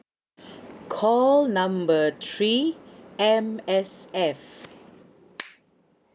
call number three M_S_F